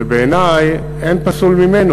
שבעיני אין פסול ממנו.